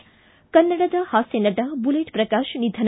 ಿ ಕನ್ನಡದ ಹಾಸ್ತ ನಟ ಬುಲೆಟ್ ಪ್ರಕಾಶ್ ನಿಧನ